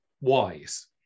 wise